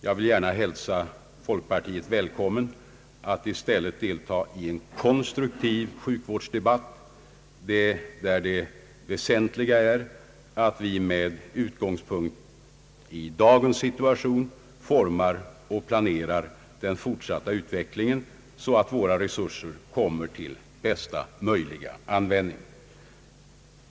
Jag vill gärna hälsa folkpartiet välkommet att i stället deita i en konstruktiv sjukvårdsdebatt, där det väsentliga är att vi med utgångspunkt i dagens situation formar och planerar den fortsatta utvecklingen så att våra resurser kommer till bästa möjliga användning.